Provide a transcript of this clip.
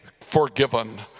forgiven